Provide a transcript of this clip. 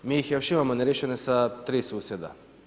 Mi ih još imamo neriješene sa 3 susjeda.